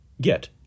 get